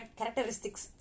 characteristics